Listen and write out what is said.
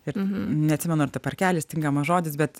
ir neatsimenu ar ta parkelis tinkamas žodis bet